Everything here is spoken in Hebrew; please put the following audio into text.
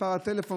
מספר טלפון,